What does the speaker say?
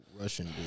Russian